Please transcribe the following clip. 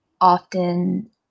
often